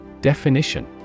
Definition